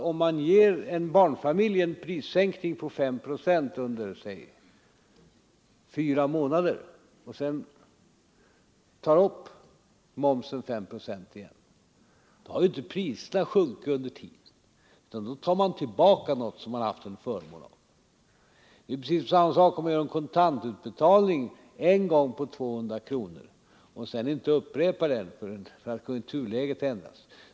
Om en barnfamilj får en momssänkning på 5 procent under fyra månader och man sedan åter höjer momsen med 5 procent, har inte priserna sjunkit under tiden, utan man tar tillbaka en förmån. Det är precis på samma sätt om man vid ett tillfälle gör en kontant utbetalning av 200 kronor och sedan inte upprepar den när konjunkturläget ändras.